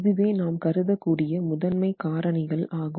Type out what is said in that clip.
இதுவே நாம் கருதக் கூடிய முதன்மை காரணிகள் ஆகும்